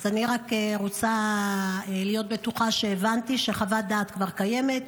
אז אני רק רוצה להיות בטוחה שהבנתי שחוות דעת כבר קיימת.